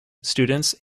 students